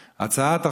האופוזיציה,